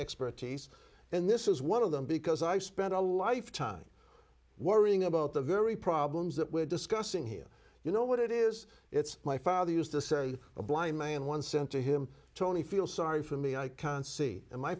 expertise and this is one of them because i spent a lifetime worrying about the very problems that we're discussing here you know what it is it's my father used to say a blind man once sent to him tony feel sorry for me i can see